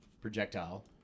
Projectile